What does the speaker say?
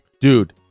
Dude